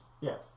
Yes